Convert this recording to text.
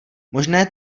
možné